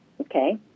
okay